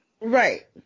Right